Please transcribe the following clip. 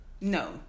No